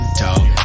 talk